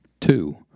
Two